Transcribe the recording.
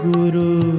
Guru